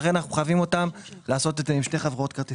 לכן אנחנו מחייבים אותם לעשות את זה עם שתי חברות כרטיסי אשראי.